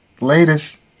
Latest